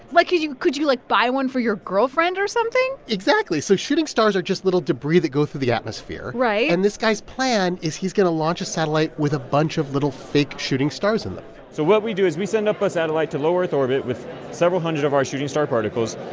like, could you, like, buy one for your girlfriend or something? exactly. so shooting stars are just little debris that go through the atmosphere right and this guy's plan is he's going to launch a satellite with a bunch of little, fake shooting stars in them so what we do is we send up a satellite to low-earth orbit with several hundred of our shooting star particles.